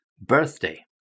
birthday